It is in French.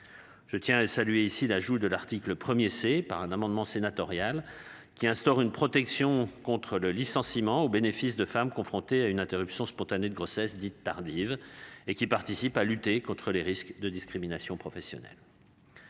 Je tiens à saluer ici l'ajout de l'article premier c'est par un amendement sénatorial, qui instaure une protection contre le licenciement au bénéfice de femme confrontée à une interruption spontanée de grossesse dite tardive et qui participe à lutter contre les risques de discriminations professionnelles.